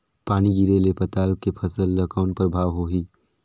पानी गिरे ले पताल के फसल ल कौन प्रभाव होही?